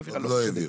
לא העבירה,